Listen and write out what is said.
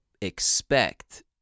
expect